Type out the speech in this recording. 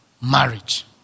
marriage